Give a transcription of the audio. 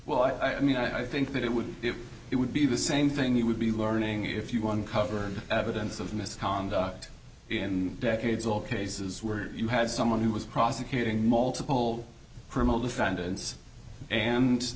well i mean i think that it would be it would be the same thing you would be learning if you want to cover evidence of misconduct in decades old cases where you had someone who was prosecuting multiple criminal defendants and